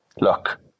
look